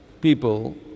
people